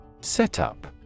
Setup